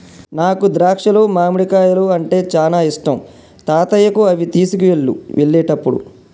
నాకు ద్రాక్షాలు మామిడికాయలు అంటే చానా ఇష్టం తాతయ్యకు అవి తీసుకువెళ్ళు వెళ్ళేటప్పుడు